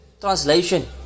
Translation